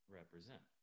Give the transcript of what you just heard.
represent